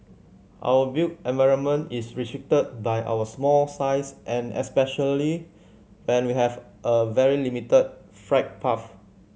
our built environment is restricted by our small size and especially when we have a very limited flight path